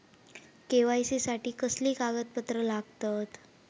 KYC साठी कसली कागदपत्र लागतत?